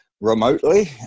remotely